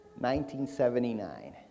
1979